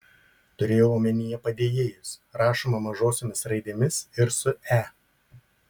turėjau omenyje padėjėjus rašoma mažosiomis raidėmis ir su e